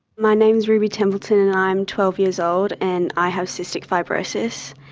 my name is ruby templeton and i'm twelve years old and i have cystic fibrosis.